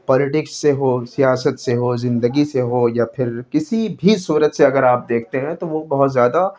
politics سے ہو سیاست سے ہو زندگی سے ہو یا پھر کسی بھی صورت سے اگر آپ دیکھتے ہیں تو وہ بہت زیادہ